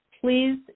Please